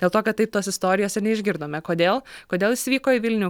dėl to kad taip tos istorijos ir neišgirdome kodėl kodėl jis vyko į vilnių